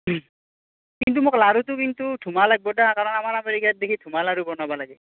কিন্তু মোক লাড়ুটো কিন্তু ধুমা লাগিব দে কাৰণ আমাৰ আমেৰিকাত দিখি ধুমা লাড়ু বনাব লাগে